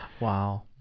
Wow